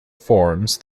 forms